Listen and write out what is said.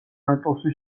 ნაწილში